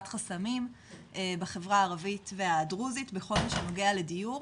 חסמים בחברה הערבית והדרוזית בכל מה נוגע לדיור.